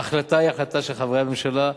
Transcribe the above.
ההחלטה היא החלטה של חברי הממשלה,